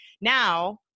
Now